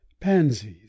pansies